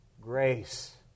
Grace